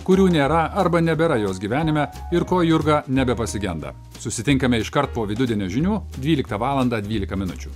kurių nėra arba nebėra jos gyvenime ir ko jurga nebepasigenda susitinkame iškart po vidudienio žinių dvyliktą valandą dvylika minučių